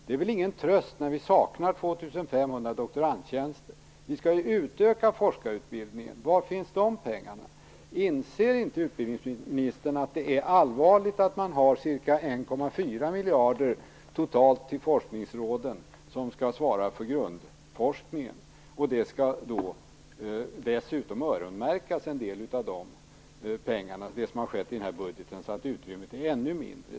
Det är väl ingen tröst när vi saknar 2 500 doktorandtjänster. Vi skall ju utöka forskarutbildningen, var finns de pengarna? Inser inte utbildningsministern att det är allvarligt att man har ca 1,4 miljarder totalt till forskningsråden, som skall svara för grundforskningen. En del av de pengarna skall dessutom öronmärkas, som har skett i den här budgeten, så utrymmet är ännu mindre.